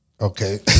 Okay